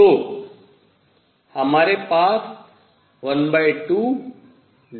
तो हमारे पास 1T∂s∂u है